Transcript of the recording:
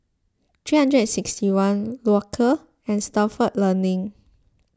sixty one Loacker and Stalford Learning